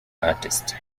artist